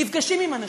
נפגשים עם אנשים,